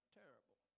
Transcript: terrible